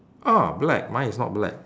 ah black mine is not black